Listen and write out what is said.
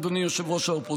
אדוני ראש האופוזיציה.